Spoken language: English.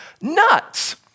nuts